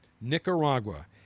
Nicaragua